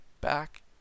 back